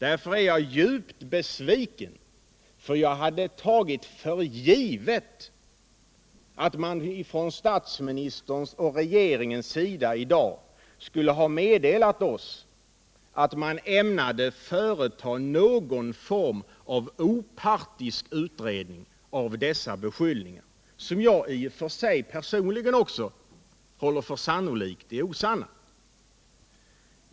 Därför är jag djupt besviken, för jag hade tagit för givet att man ifrån statsministerns och regeringens sida i dag skulle ha meddelat oss att man ämnade företa någon form av opartisk utredning av dessa beskyllningar, som jag i och för sig också personligen håller för sannolikt är osanna.